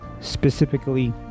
specifically